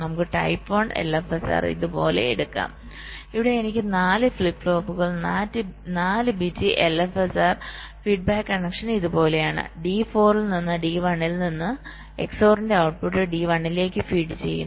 നമുക്ക് type 1 LFSR ഇതുപോലെ എടുക്കാം അവിടെ എനിക്ക് 4 ഫ്ലിപ്പ് ഫ്ലോപ്പുകൾ 4 ബിറ്റ് എൽഎഫ്എസ്ആർ ഫീഡ്ബാക്ക് കണക്ഷൻ ഇതുപോലെയാണ് ഡി 4 ൽ നിന്ന് ഡി 1 ൽ നിന്ന് എക്സോറിന്റെ ഔട്ട്പുട്ട് ഡി 1 ലേക്ക് ഫീഡ് ചെയ്യുന്നു